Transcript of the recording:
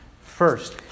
first